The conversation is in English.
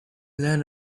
learn